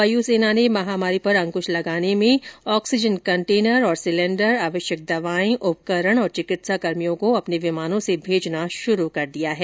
वायुसेना ने महामारी पर अंकुश लगाने में सरकार की सहायता के लिए ऑक्सीजन कन्टेनर और सिलेंडर आवश्यक दवाएं उपकरण तथा चिकित्साकर्मियों को अपने विमानों से भेजना शुरू कर दिया है